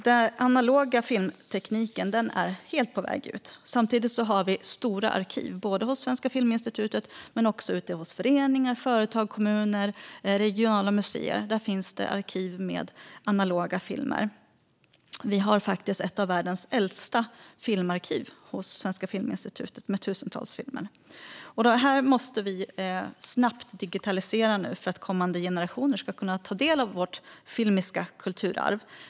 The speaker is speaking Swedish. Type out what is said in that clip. Den analoga filmtekniken är helt på väg ut. Samtidigt har vi stora arkiv, bland annat hos Svenska Filminstitutet. Även ute hos föreningar, företag, kommuner och regionala museer finns arkiv med analoga filmer. Hos Svenska Filminstitutet finns för övrigt ett av världens äldsta filmarkiv med tusentals filmer. Dessa måste vi snabbt digitalisera för att kommande generationer ska kunna ta del av vårt filmiska kulturarv.